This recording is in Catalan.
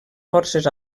forces